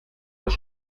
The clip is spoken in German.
das